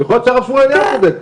יכול להיות שהרב שמואל אליהו צודק,